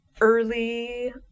early